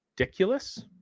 ridiculous